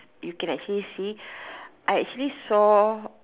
you can actually see I actually saw